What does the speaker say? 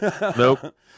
nope